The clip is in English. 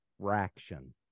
fraction